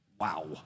Wow